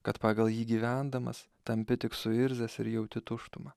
kad pagal jį gyvendamas tampi tik suirzęs ir jauti tuštumą